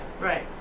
Right